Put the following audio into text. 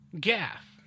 gaff